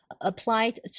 applied